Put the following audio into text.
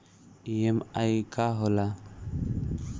EMI का होला?